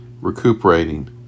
recuperating